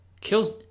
Kills